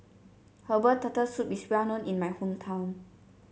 Herbal Turtle Soup is well known in my hometown